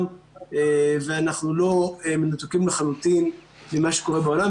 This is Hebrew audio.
ואנחנו לא מנותקים לחלוטין ממה שקורה בעולם.